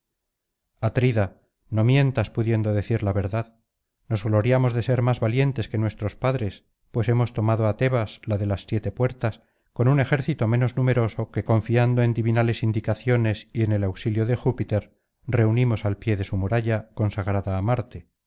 atrida no mientas pudiendo decir la verdad nos gloriamos de ser más valientes que nuestros padres pues hemos tomado á tebas la de las siete puertas con un ejército menos numeroso que confiando en divinales indicaciones y en el auxilio de júpiter reunimos al pie de su muralla consagrada á marte